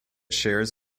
shares